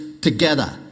together